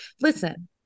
listen